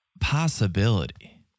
possibility